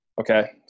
Okay